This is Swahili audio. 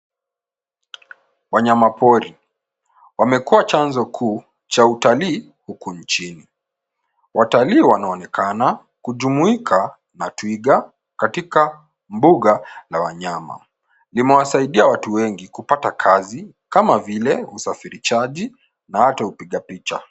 Wanyama pori, wamekuwa chanzo kuu cha utalii huku nchini. Watalii wanaonekana kujumuika na twiga katika mbuga la wanyama. Limewasaidia watu wengi kupata kazi kama vile usafirishaji na hata upiga picha.